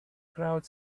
crowd